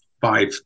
five